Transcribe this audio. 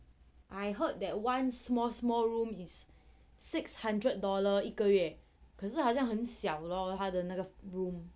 I heard that one small small room is six hundred dollar 一个月可是好像很小 lor 他的那个 room